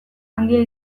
handia